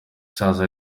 isaza